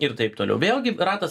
ir taip toliau vėlgi ratas